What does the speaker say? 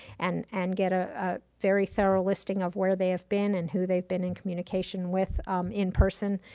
and and get a ah very thorough listing of where they have been and who they've been in communication with in person.